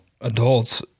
adults